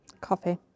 Coffee